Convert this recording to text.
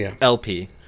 LP